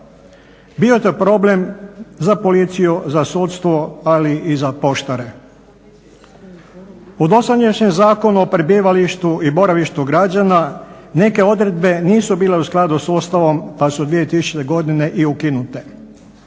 Bio je to problem za policiju, za sudstvo, ali i za poštare. U dosadašnjem Zakonu o prebivalištu i boravištu građana neke odredbe nisu bile u skladu s Ustavom pa su 2000. i ukinute.